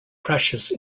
crashes